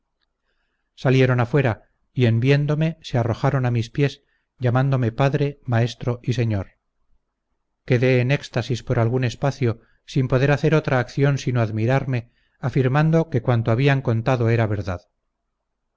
salieron afuera y en viéndome se arrojaron a mis pies llamándome padre maestro y señor quedé en éxtasis por algún espacio sin poder hacer otra acción sino admirarme afirmando que cuanto habían contado era verdad